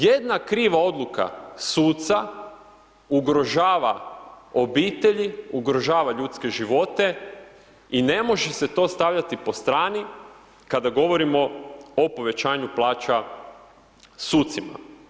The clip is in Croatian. Jedna kriva odluka suca ugrožava obitelji, ugrožava ljudske živote i ne može se to stavljati po strani kada govorimo o povećanju plaća sucima.